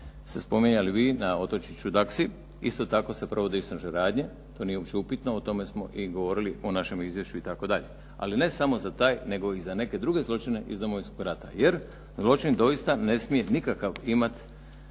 ste spominjali vi na otočiću Daksi isto tako se provode istražne radnje, to nije uopće upitno, o tome smo i govorili o našem izvješću itd. Ali ne samo za taj nego i za neke druge zločine iz Domovinskog rata jer zločin doista ne smije nikakav imati